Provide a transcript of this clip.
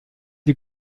die